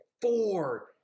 four